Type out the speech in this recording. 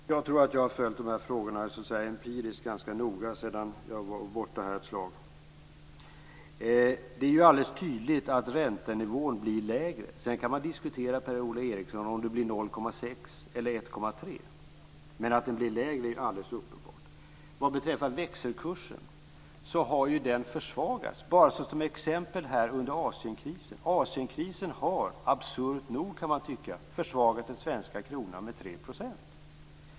Fru talman! Jag tror att jag har följt de här frågorna ganska noga empiriskt medan jag var borta härifrån ett slag. Det är alldeles tydligt att räntenivån blir lägre, Per-Ola Eriksson. Sedan kan man diskutera om det blir 0,6 eller 1,3, men att den blir lägre är alldeles uppenbart. Vad beträffar växelkursen har den försvagats. Vi kan ta Asienkrisen som ett exempel. Asienkrisen har - absurt nog, kan man tycka - försvagat den svenska kronan med 3 %.